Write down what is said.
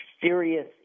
serious